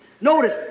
Notice